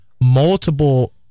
multiple